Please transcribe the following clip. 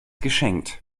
geschenkt